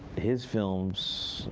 his films,